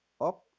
up